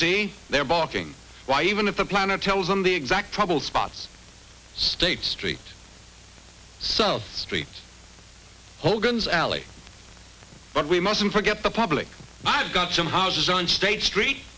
see their barking why even if a planet tells them the exact trouble spots state street south street hogan's alley but we mustn't forget the public i've got some houses on state street